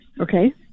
Okay